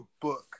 book